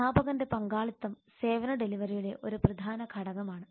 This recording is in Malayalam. അധ്യാപകന്റെ പങ്കാളിത്തം സേവന ഡെലിവറിയുടെ ഒരു പ്രധാന ഘടകമാണ്